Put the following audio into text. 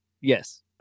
Yes